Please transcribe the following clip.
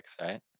right